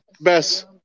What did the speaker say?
best